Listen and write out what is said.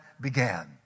began